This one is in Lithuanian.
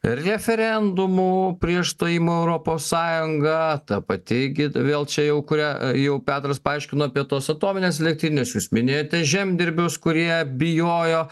referendumų prieš stojimą į europos sąjungą ta pati gi vėl čia jau kurią jau petras paaiškino apie tos atomines elektrines jūs minėjote žemdirbius kurie bijojo